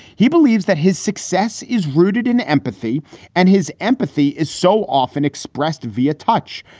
he believes that his success is rooted in empathy and his empathy is so often expressed via touch.